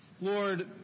Lord